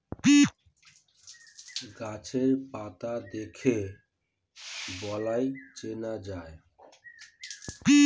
গাছের পাতা দেখে বালাই চেনা যায়